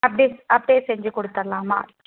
அப்டே அப்டே செஞ்சு கொடுத்தர்லாமா